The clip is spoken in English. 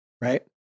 right